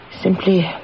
Simply